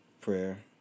prayer